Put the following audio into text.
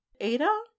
Ada